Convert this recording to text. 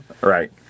right